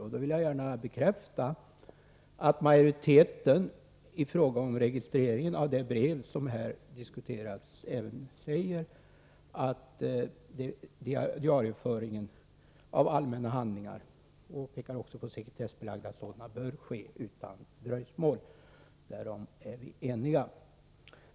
Jag vill gärna bekräfta att majoriteten i fråga om registreringen av det brev som här diskuterats säger att diarieföringen av allmänna handlingar, och sekretessbelagda sådana, bör ske utan dröjsmål. Därom är vi eniga.